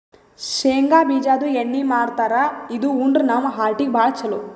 ಶೇಂಗಾ ಬಿಜಾದು ಎಣ್ಣಿ ಮಾಡ್ತಾರ್ ಇದು ಉಂಡ್ರ ನಮ್ ಹಾರ್ಟಿಗ್ ಭಾಳ್ ಛಲೋ